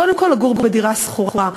קודם כול לגור בדירה שכורה,